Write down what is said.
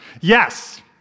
Yes